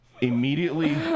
Immediately